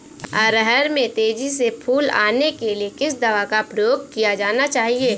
अरहर में तेजी से फूल आने के लिए किस दवा का प्रयोग किया जाना चाहिए?